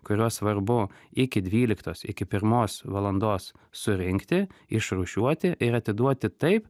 kuriuos svarbu iki dvyliktos iki pirmos valandos surinkti išrūšiuoti ir atiduoti taip